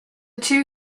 two